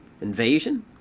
invasion